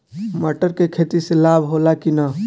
मटर के खेती से लाभ होला कि न?